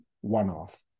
one-off